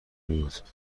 میبود